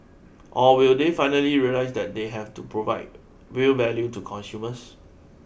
or will they finally realise that they have to provide real value to consumers